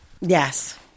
Yes